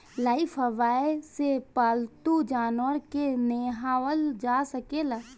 Lifebuoy से पाल्तू जानवर के नेहावल जा सकेला